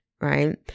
Right